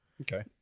Okay